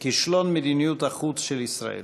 כישלון מדיניות החוץ של ישראל.